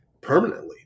permanently